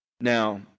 now